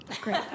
Great